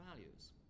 values